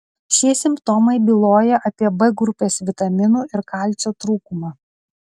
šie simptomai byloja apie b grupės vitaminų ir kalcio trūkumą